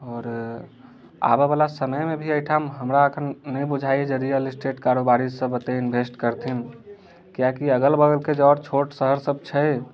आओर आबय बला समयमे भी एहिठाम हमरा अखन नहि बुझाइये जे रियल इस्टेट कारोबारी सभ एतै इन्वेस्ट करथिन किएकि अगल बगलके जे आओर छोट शहर सभ छै